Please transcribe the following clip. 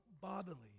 bodily